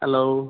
hello